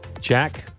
Jack